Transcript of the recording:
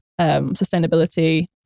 sustainability